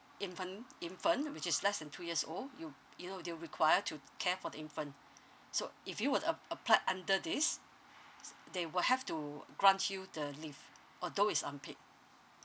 infant infant which is less than two years old you you would be require to care for the infant so if you were ap~ aoolied under this they will have to grant you the leave although is unpaid